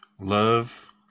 Love